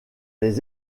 les